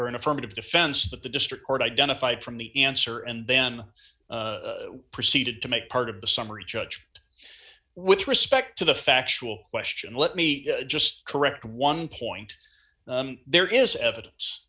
an affirmative defense that the district court identified from the answer and then proceeded to make part of the summary judgment with respect to the factual question let me just correct one point there is evidence